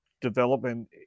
development